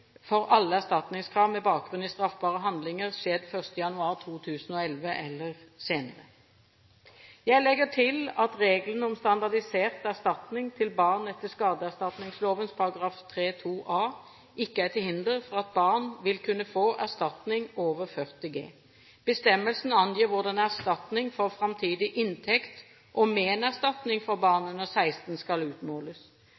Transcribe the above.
for alle erstatningskrav med bakgrunn i straffbare handlinger skjedd 1. januar 2011 eller senere. Jeg legger til at reglene om standardisert erstatning til barn etter skadeerstatningsloven § 3-2a ikke er til hinder for at barn vil kunne få erstatning over 40 G. Bestemmelsen angir hvordan erstatning for framtidig inntekt og ménerstatning for